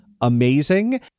amazing